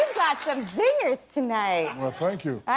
got some zingers tonight. well, thank you. i